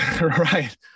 Right